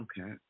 Okay